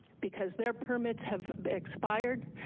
because their permits have expired,